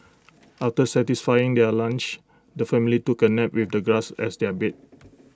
after satisfying their lunch the family took A nap with the grass as their bed